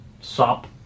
sop